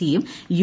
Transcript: സിയും യു